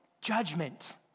judgment